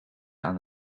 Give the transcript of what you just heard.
aan